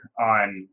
on